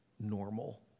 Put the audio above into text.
normal